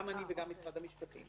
גם אני וגם משרד המשפטים?